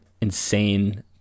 insane